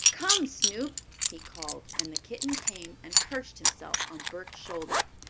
come, snoop! he called, and the kitten came and perched himself on bert's shoulder.